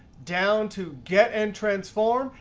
down to get and transform.